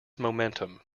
momentum